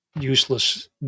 useless